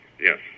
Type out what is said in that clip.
yes